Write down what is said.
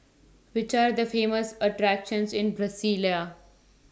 Which Are The Famous attractions in Brasilia